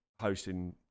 hosting